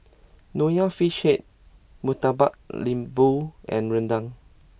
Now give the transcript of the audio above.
Nonya Fish Head Murtabak Lembu and Rendang